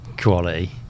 quality